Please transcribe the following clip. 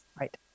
Right